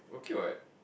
okay what